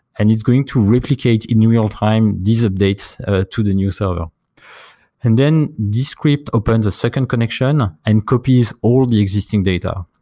and it's going to replicate in real-time these updates ah to the new server and then the script opens a second connection and copies all the existing data.